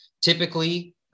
Typically